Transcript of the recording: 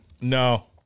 No